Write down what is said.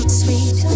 sweet